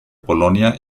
polonia